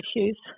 issues